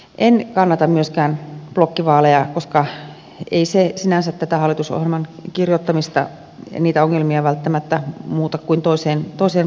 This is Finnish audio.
en kannata myöskään blokkivaaleja koska eivät ne sinänsä tätä hallitusohjelman kirjoittamista ja niitä ongelmia välttämättä muuta kuin toiseen paikkaan vain